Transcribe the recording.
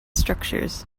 structures